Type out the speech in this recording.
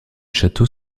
château